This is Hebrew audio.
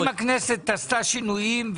אם הכנסת עשתה שינויים,